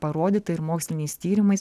parodyta ir moksliniais tyrimais